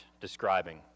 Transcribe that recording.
describing